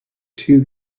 two